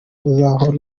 uzahoraho